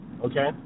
okay